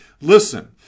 listen